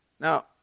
Now